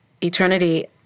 Eternity